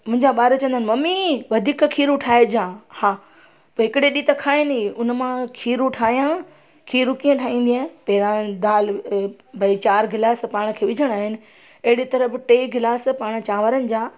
मुंहिंजा ॿार चवंदा आहिनि ममी वधीक खीरो ठाहे जा हा भई हिकिड़े ॾींहं त खाए नी हुन मां खीरूं ठाहियां खीरूं कीअं ठाहींदी आहियां पहिरां दालि भई चारि ग्लास पाण खे विझणा आहिनि अहिड़ी तरह पोइ टे ग्लास पाणि चांवरनि जा